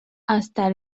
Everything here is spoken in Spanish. hasta